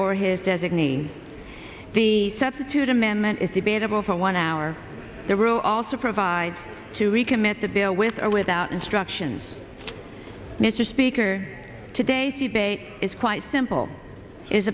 or his designee the substitute amendment is debatable for one hour the rule also provides to recommit the bill with or without instructions mr speaker today the bait is quite simple is